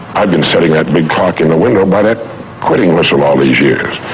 i've been setting that big clock in the window by that quitting whistle all these years.